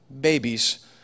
babies